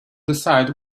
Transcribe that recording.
decide